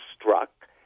struck